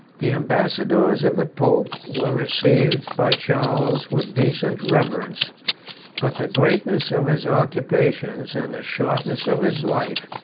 the ambassadors of the pope were received by charles with decent reverence but the greatness of his occupations, and the shortness of his life,